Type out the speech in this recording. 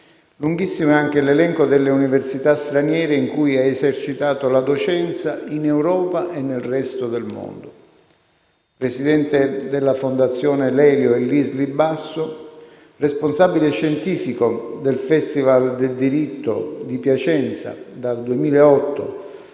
Lunghissimo è anche l'elenco delle università straniere in cui ha esercitato la docenza, in Europa e nel resto del mondo. È stato presidente della Fondazione Lelio e Lisli Basso, responsabile scientifico del Festival del diritto di Piacenza dal 2008,